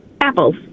Apples